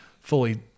fully